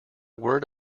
word